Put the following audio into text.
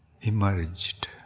emerged